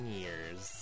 years